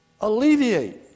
Alleviate